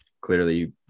clearly